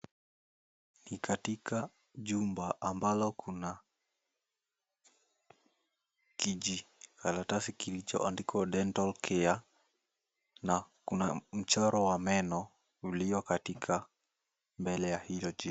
Ni katika jumba ambalo kuna kijikaratasi kilichoandikwa, Dental Care, na kuna mchoro wa meno ulio katika mbele ya hilo jumba.